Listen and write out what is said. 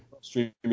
streaming